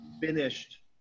Finished